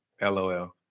LOL